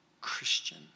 Christian